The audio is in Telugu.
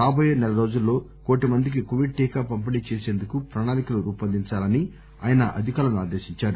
రాబోయే నెలరోజుల్లో కోటిమందికి కోవిడ్ టీకా పంపిణీ చేసేందుకు ప్రణాళికలు రూపొందించాలని ఆయన అధికారులను ఆదేశించారు